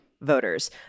voters